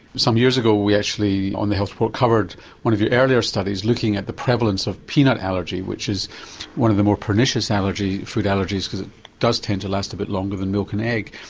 some years ago we actually on the health report covered one of your earliest studies looking at the prevalence of peanut allergy which is one of the more pernicious allergy, food allergies, because it does tend to last a bit longer than milk and egg.